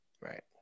Right